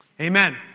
Amen